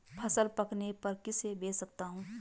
फसल पकने पर किसे बेच सकता हूँ?